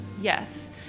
yes